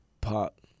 pop